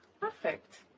perfect